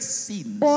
sins